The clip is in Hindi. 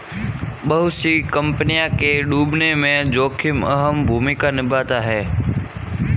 बहुत सी कम्पनियों के डूबने में जोखिम अहम भूमिका निभाता है